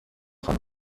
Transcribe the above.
خواهم